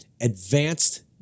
advanced